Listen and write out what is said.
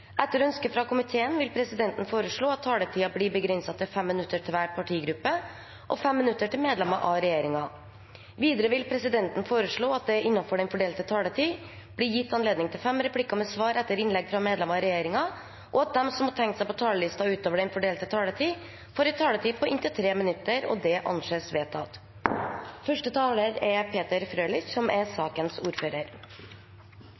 Etter ønske fra kontroll- og konstitusjonskomiteen vil presidenten foreslå at taletiden blir begrenset til 5 minutter til hver partigruppe og 5 minutter til medlemmer av regjeringen. Videre vil presidenten foreslå at det – innenfor den fordelte taletid – blir gitt anledning til inntil seks replikker med svar etter innlegg fra medlemmer av regjeringen, og at de som måtte tegne seg på talerlisten utover den fordelte taletid, får en taletid på inntil 3 minutter. – Det anses vedtatt. Det er